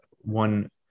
one